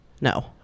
No